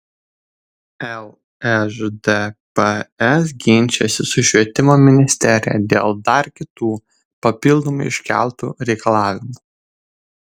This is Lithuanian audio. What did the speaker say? lšdps ginčijasi su švietimo ministerija dėl dar kitų papildomai iškeltų reikalavimų